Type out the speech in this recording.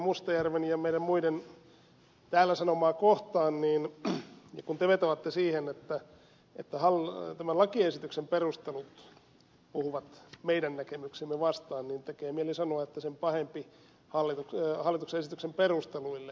mustajärven ja meidän muiden täällä sanomaa kohtaan niin kun te vetoatte siihen että tämän lakiesityksen perustelut puhuvat meidän näkemyksiämme vastaan tekee mieli sanoa että sen pahempi hallituksen esityksen perusteluille